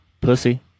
pussy